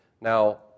Now